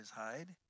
hide